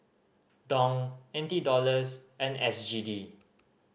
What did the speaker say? Dong N T Dollars and S G D